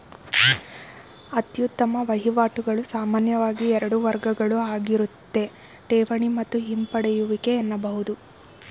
ಅತ್ಯುತ್ತಮ ವಹಿವಾಟುಗಳು ಸಾಮಾನ್ಯವಾಗಿ ಎರಡು ವರ್ಗಗಳುಆಗಿರುತ್ತೆ ಠೇವಣಿ ಮತ್ತು ಹಿಂಪಡೆಯುವಿಕೆ ಎನ್ನಬಹುದು